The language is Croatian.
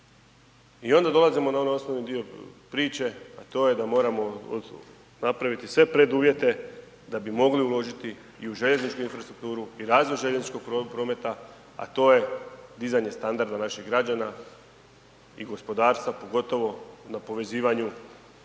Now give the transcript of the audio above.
I onda dolazimo na onaj ostali dio priče, a to je da moramo napraviti sve preduvjete i u željezničku infrastrukturu i razvoj željezničkog prometa, a to je dizanje standarda naših građana i gospodarstva pogotovo na povezivanju